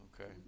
Okay